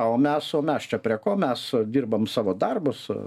o mes o mes čia prie ko mes dirbam savo darbus